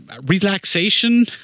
Relaxation